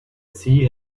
sea